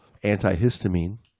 antihistamine